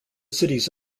cities